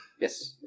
Yes